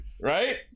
Right